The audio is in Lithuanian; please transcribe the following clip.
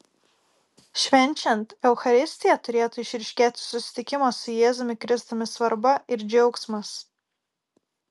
švenčiant eucharistiją turėtų išryškėti susitikimo su jėzumi kristumi svarba ir džiaugsmas